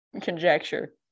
conjecture